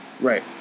Right